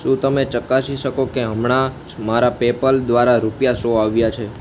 શું તમે ચકાસી શકો કે હમણાં જ મારા પેપલ દ્વારા રૂપિયા સો આવ્યા છે